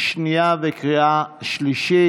שנייה וקריאה שלישית.